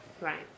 right